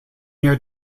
year